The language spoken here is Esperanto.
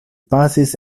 pasis